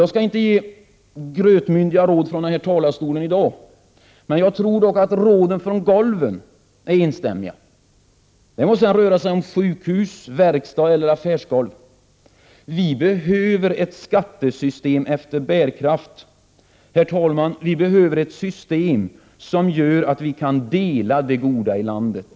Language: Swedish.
Jag skall inte ge grötmyndiga råd från kammarens talarstol i dag; jag tror dock att råden från golven är enstämmiga — det må sedan röra sig om sjukhus-, verkstadseller affärsgolv. Vi behöver ett skattesystem efter bärkraft. Herr talman! Vi behöver ett system som gör att vi kan dela det goda i landet.